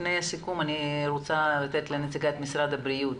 לפני הסיכום אני רוצה לתת לנציגת משרד הבריאות